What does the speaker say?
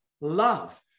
love